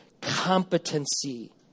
competency